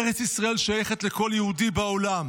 ארץ ישראל שייכת לכל יהודי בעולם,